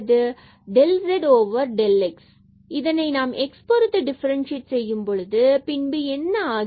எனவே del z del x என்பது இதனை நாம் x பொருத்து டிஃபரண்டசியேட் செய்யும்பொழுது பின்பு என்று ஆகிறது